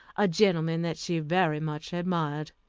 a gentleman that she very much admired.